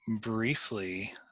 briefly